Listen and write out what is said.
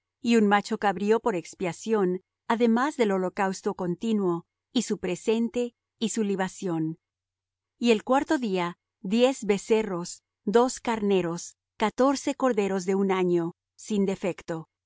y un macho cabrío por expiación además del holocausto continuo y su presente y su libación y el cuarto día diez becerros dos carneros catorce corderos de un año sin defecto